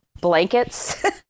blankets